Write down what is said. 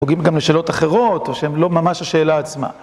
הוגים גם לשאלות אחרות, או שהם לא ממש השאלה עצמה.